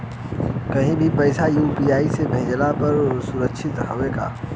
कहि भी पैसा यू.पी.आई से भेजली पर ए सुरक्षित हवे का?